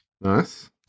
Nice